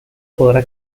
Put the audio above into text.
podrá